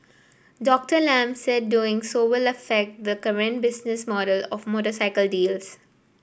Doctor Lam said doing so will affect the current business model of motorcycle dealers